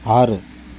ஆறு